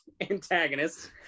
antagonists